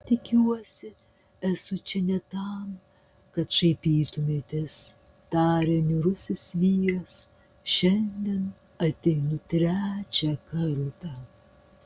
tikiuosi esu čia ne tam kad šaipytumėtės tarė niūrusis vyras šiandien ateinu trečią kartą